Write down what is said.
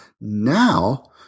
now